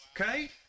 Okay